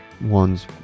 ones